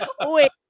Wait